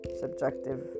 subjective